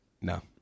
No